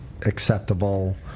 acceptable